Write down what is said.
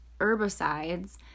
herbicides